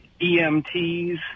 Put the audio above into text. EMTs